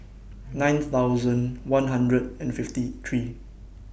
nine thousand one hundred and fifty three